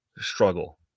struggle